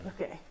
Okay